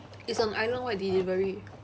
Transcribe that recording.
it's an islandwide delivery